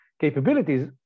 capabilities